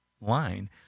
line